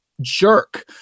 jerk